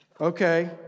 okay